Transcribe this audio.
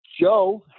Joe